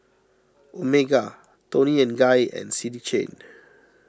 Omega Toni and Guy and City Chain